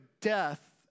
death